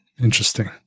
Interesting